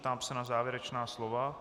Ptám se na závěrečná slova.